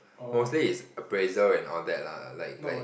mostly is appraisal and all that lah like like